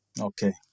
Okay